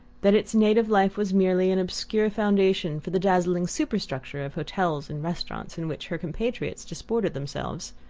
that its native life was merely an obscure foundation for the dazzling superstructure of hotels and restaurants in which her compatriots disported themselves.